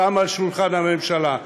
שם על שולחן הממשלה,